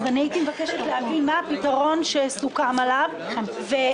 אז אני מבקשת לדעת מה הפתרון שסוכם עליו ואיפה